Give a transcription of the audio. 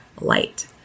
light